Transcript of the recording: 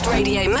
Radio